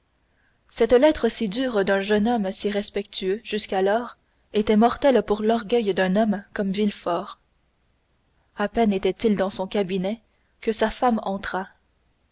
cette lettre si dure d'un jeune homme si respectueux jusqu'alors était mortelle pour l'orgueil d'un homme comme villefort à peine était-il dans son cabinet que sa femme entra